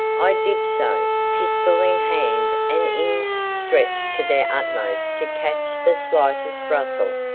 i did so, pistol in hand and ears stretched to their utmost to catch the slightest rustle,